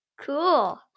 cool